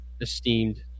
esteemed